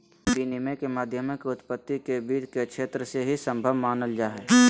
विनिमय के माध्यमों के उत्पत्ति के वित्त के क्षेत्र से ही सम्भव मानल जा हइ